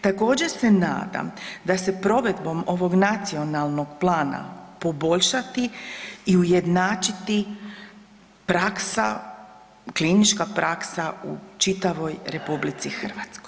Također se nadam da se provedbom ovog nacionalnog plana poboljšati i ujednačiti praksa, klinička praksa u čitavoj RH.